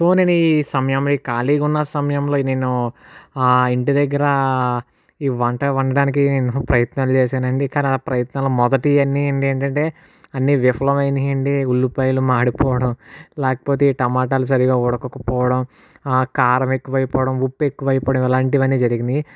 so నేను ఈ సమయం ఈ ఖాళీగా ఉన్న సమయంలో నేను ఇంటి దగ్గర ఈ వంట వండడానికి నేను ప్రయత్నాలు చేశాను అండి ఇంకా నా ప్రయత్నాలు మొదటివి అన్ని ఏంటి అంటే అన్ని విఫలం అయినాయి అండి ఉల్లిపాయలు మాడిపోవడం లేకపోతే టమాటాలు సరిగా ఉడకకపోవడం కారం ఎక్కువైపోవడం ఉప్పు ఎక్కువైపోవడం ఇలాంటివి అన్ని జరిగినాయి